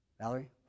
Valerie